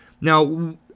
Now